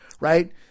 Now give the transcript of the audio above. right